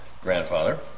grandfather